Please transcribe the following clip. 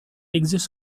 exist